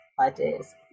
ideas